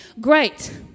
great